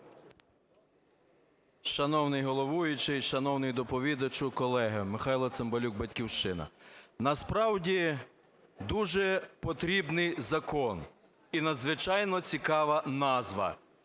Шановний головуючий, шановний доповідачу, колеги! Михайло Цимбалюк, "Батьківщина". Насправді дуже потрібний закон, і надзвичайно цікава назва: